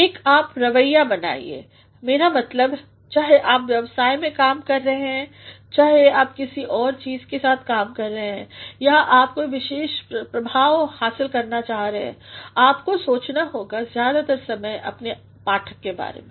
एक आप रवैया बनाइए मेरा मतलब चाहे आप व्यवसाय में काम कर रहे हैं या आप किसी और चीज़ के लिए काम कर रहे हैं या आप कोई विशेष प्रभाव हासिल करना चाह रहे हैं आपको सोचना होगा ज्यादातर समय अपने पाठक के बारे में